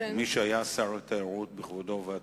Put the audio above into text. מי שהיה שר התיירות בכבודו ובעצמו,